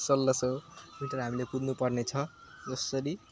सोह्र सय मिटर हामीले कुद्नुपर्ने छ जसरी